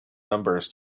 numbers